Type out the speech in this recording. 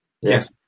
yes